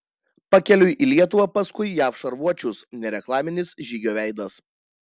pakeliui į lietuvą paskui jav šarvuočius nereklaminis žygio veidas